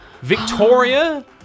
Victoria